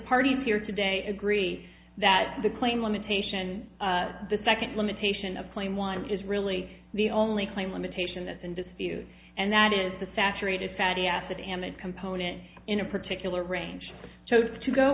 party here today agree that the claim limitation the second limitation of claim one is really the only claim limitation that's in dispute and that is the saturated fatty acids and component in a particular range so to go